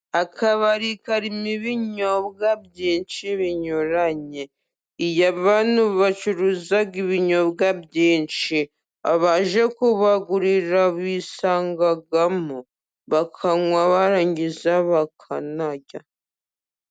Akabari karimo ibinyobwa byinshi binyuranye. Iyo abantu bacuruza ibinyobwa byinshi, abaje kubagurira bisangamo, bakanywa barangiza bakanarya.